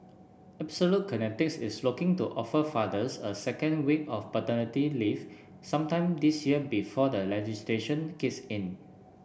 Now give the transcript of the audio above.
Absolute Kinetics is looking to offer fathers a second week of paternity leave sometime this year before legislation kicks in